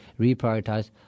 reprioritize